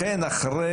לכן אחרי